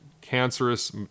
cancerous